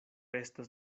estas